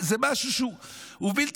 זה משהו שהוא בלתי,